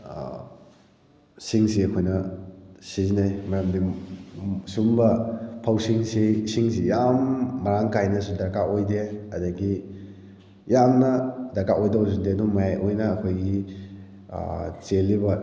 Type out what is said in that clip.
ꯁꯤꯡꯁꯤ ꯑꯩꯈꯣꯏꯅ ꯁꯤꯖꯤꯟꯅꯩ ꯃꯔꯝꯗꯤ ꯁꯤꯒꯨꯝꯕ ꯐꯧꯁꯤꯡꯁꯤ ꯏꯁꯤꯡꯁꯤ ꯌꯥꯝ ꯃꯔꯥꯡ ꯀꯥꯏꯅꯁꯨ ꯗꯔꯀꯥꯔ ꯑꯣꯏꯗꯦ ꯑꯗꯒꯤ ꯌꯥꯝꯅ ꯗꯔꯀꯥꯔ ꯑꯣꯏꯗꯕꯁꯨ ꯅꯠꯇꯦ ꯃꯌꯥꯏ ꯑꯣꯏꯅ ꯑꯩꯍꯣꯏꯒꯤ ꯆꯦꯜꯂꯤꯕ